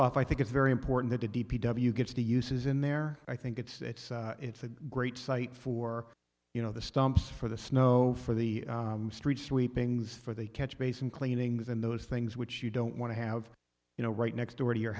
off i think it's very important that the d p w gets to use is in there i think it's it's a great site for you know the stumps for the snow for the streets sweepings for the catch basin cleaning than those things which you don't want to have you know right next door to your